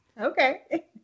Okay